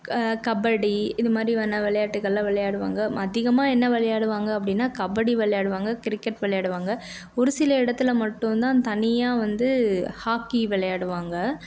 க கபடி இது மாதிரியான விளையாட்டுகள்லாம் விளையாடுவாங்க அதிகமாக என்ன விளையாடுவாங்க அப்படின்னா கபடி விளையாடுவாங்க கிரிக்கெட் விளையாடுவாங்க ஒரு சில இடத்துல மட்டும் தான் தனியாக வந்து ஹாக்கி விளையாடுவாங்க